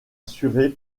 assurés